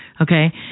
okay